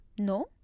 No